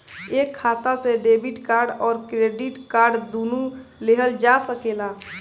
एक खाता से डेबिट कार्ड और क्रेडिट कार्ड दुनु लेहल जा सकेला?